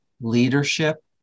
leadership